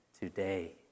today